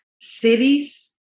Cities